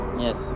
Yes